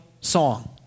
song